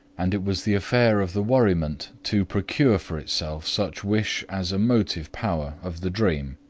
and it was the affair of the worriment to procure for itself such wish as a motive power of the dream.